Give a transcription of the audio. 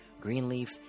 Greenleaf